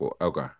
Okay